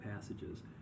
passages